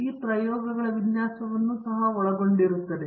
ಇದು ಪ್ರಯೋಗಗಳ ವಿನ್ಯಾಸವನ್ನೂ ಸಹ ಒಳಗೊಂಡಿದೆ